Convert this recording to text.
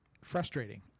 frustrating